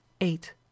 eight